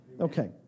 Okay